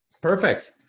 Perfect